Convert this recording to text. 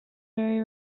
very